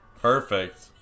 Perfect